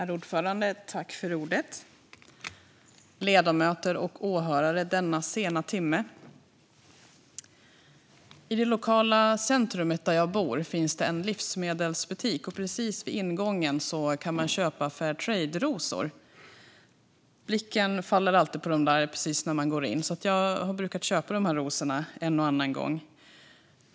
Herr talman! Ledamöter och åhörare i denna sena timme! I det lokala centrumet där jag bor finns en livsmedelsbutik. Precis vid ingången kan man köpa Fairtrade-rosor. Blicken faller alltid på dem precis när man går in, så jag har köpt dessa rosor en och annan gång.